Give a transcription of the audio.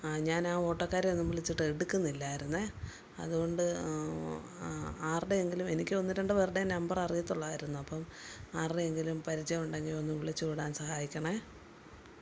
അ ഞാൻ ആ ഓട്ടോക്കാരെ ഒന്നു വിളിച്ചിട്ട് എടുക്കുന്നില്ലായിരുന്നേ അതുകൊണ്ട് ആരുടെയെങ്കിലും എനിക്ക് ഒന്നു രണ്ടു പേരുടെ നമ്പർ അറിയത്തുള്ളായിരുന്നു അപ്പം ആരുടെയെങ്കിലും പരിചയം ഉണ്ടെങ്കിൽ ഒന്നു വിളിച്ചു വിടാൻ സഹായിക്കണേ